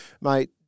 mate